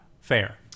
fair